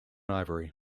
ivory